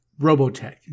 Robotech